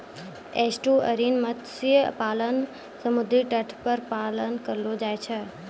estuarine मत्स्य पालन समुद्री तट पर पालन करलो जाय छै